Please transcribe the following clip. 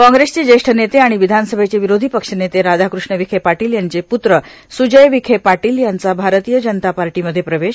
काँग्रेसचे ज्येष्ठ नेते आणि विधानसभेचे विरोधी पक्षनेते राधाकृष्ण विखे पाटील यांचे पुत्र सुजय विखे पाटील यांचा भारतीय जनता पार्टीमध्ये प्रवेश